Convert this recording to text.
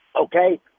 okay